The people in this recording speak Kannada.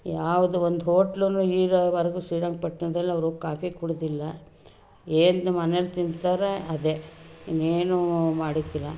ಯಾವುದೂ ಒಂದು ಹೋಟ್ಲುನೂ ಈಗ ಇರೋವರ್ಗು ಶ್ರೀರಂಗ ಪಟ್ಣದಲ್ಲಿ ಅವರು ಕಾಫಿ ಕುಡಿದಿಲ್ಲ ಏನು ಮನೇಲಿ ತಿಂತಾರೆ ಅದೇ ಇನ್ನೇನೂ ಮಾಡಿಕ್ಕಿಲ್ಲ